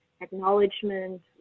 acknowledgement